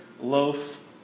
loaf